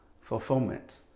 fulfillment